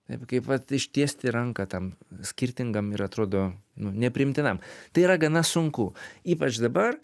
taip kaip vat ištiesti ranką tam skirtingam ir atrodo nu nepriimtinam tai yra gana sunku ypač dabar